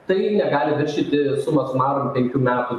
tai negali viršyti suma sumarum penkių metų